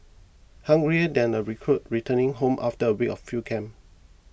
hungrier than a recruit returning home after a week of field camp